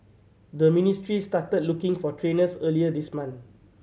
the ministry started looking for trainers earlier this month